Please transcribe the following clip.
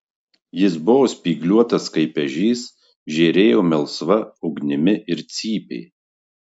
jis buvo spygliuotas kaip ežys žėrėjo melsva ugnimi ir cypė